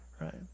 right